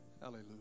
Hallelujah